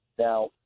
Now